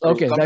Okay